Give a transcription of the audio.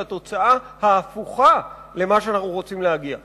לתוצאה ההפוכה ממה שאנחנו רוצים להגיע אליו.